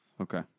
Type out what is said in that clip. Okay